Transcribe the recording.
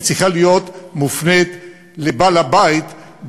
היא צריכה להיות מופנית לבעל הבית,